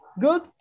good